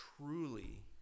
truly